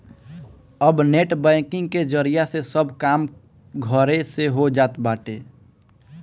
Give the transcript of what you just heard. अब net banking के जरिया से सब काम घरे से हो जात बाटे